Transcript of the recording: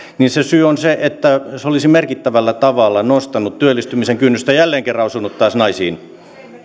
ja se syy on se että se olisi merkittävällä tavalla nostanut työllistymisen kynnystä jälleen kerran osunut taas naisiin